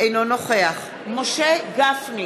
אינו נוכח משה גפני,